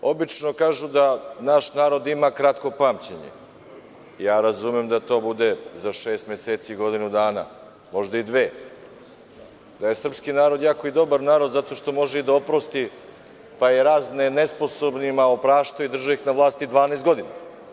Obično kažu da naš narod ima kratko pamćenje, ja razumem da to bude za šest meseci, godinu dana, možda i dve, da je srpski narod jako dobar narod zato što može da oprosti, pa je raznim nesposobnima opraštao i držao ih na vlasti 12 godina.